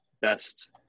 best